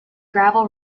gravel